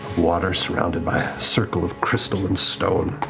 water surrounded by circle of crystalline stone.